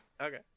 Okay